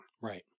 Right